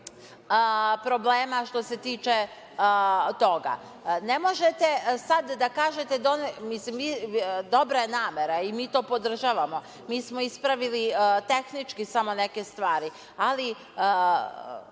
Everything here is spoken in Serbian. problema što se tiče toga. Ne možete sada da kažete, mislim, dobra je namera i mi to podržavamo, mi smo ispravili tehnički samo neke stvari, ali